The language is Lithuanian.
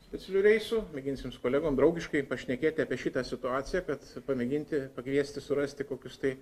specialiu reisu mėginsim su kolegom draugiškai pašnekėti apie šitą situaciją kad pamėginti pakviesti surasti kokius tai